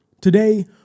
Today